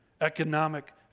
economic